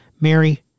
Mary